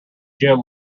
gym